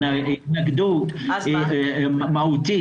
התנגדות מהותית.